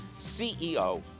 CEO